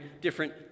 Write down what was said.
different